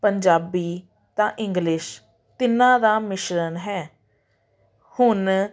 ਪੰਜਾਬੀ ਤਾਂ ਇੰਗਲਿਸ਼ ਤਿੰਨਾਂ ਦਾ ਮਿਸ਼ਰਣ ਹੈ ਹੁਣ